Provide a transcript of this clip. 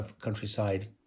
countryside